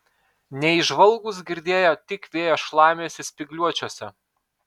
neįžvalgūs girdėjo tik vėjo šlamesį spygliuočiuose